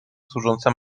służąca